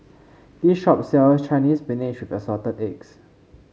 this shop sells Chinese Spinach with Assorted Eggs